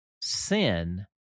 Sin